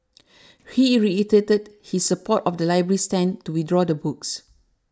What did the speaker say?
he reiterated his support of the library's stand to withdraw the books